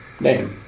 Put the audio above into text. name